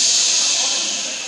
ששששששש.